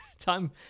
time